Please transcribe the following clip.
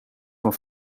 van